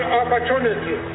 opportunity